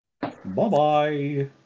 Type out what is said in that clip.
Bye-bye